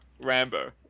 Rambo